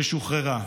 ששוחררה,